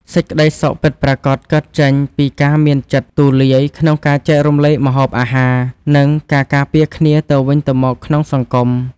សេចក្ដីសុខពិតប្រាកដកើតចេញពីការមានចិត្តទូលាយក្នុងការចែករំលែកម្ហូបអាហារ និង ការការពារគ្នាទៅវិញទៅមកក្នុងសង្គម។